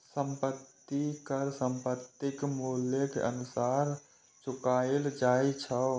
संपत्ति कर संपत्तिक मूल्यक अनुसार चुकाएल जाए छै